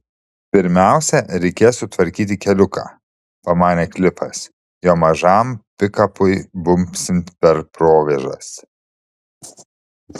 pirmiausia reikės sutvarkyti keliuką pamanė klifas jo mažam pikapui bumbsint per provėžas